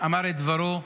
אמר את דברו,